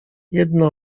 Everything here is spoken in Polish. jedne